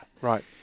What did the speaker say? Right